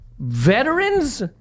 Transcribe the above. Veterans